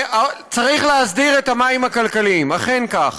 צריך להסדיר את המים הכלכליים, אכן כך,